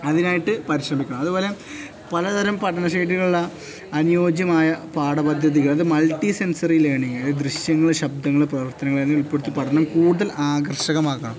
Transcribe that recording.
അതിനായിട്ട് പരിശ്രമിക്കണം അതുപോലെ പലതരം പഠനശൈലികളുള്ള അനുയോജ്യമായ പാഠപദ്ധതികൾ അതായത് മൾട്ടിസെൻസറി ലേണിങ് അതായത് ദൃശ്യങ്ങള് ശബ്ദങ്ങള് പ്രവർത്തനങ്ങള് എന്നിവയുൾപ്പെടുത്തി പഠനം കൂടുതൽ ആകർഷകമാക്കണം